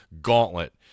gauntlet